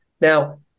Now